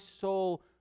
soul